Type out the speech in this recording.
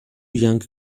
young